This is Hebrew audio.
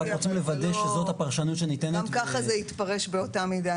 רק רוצים לוודא שזאת הפרשנות שניתנת --- גם ככה זה יתפרש באותה מידה,